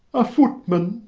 a footman,